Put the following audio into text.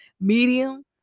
medium